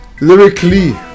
lyrically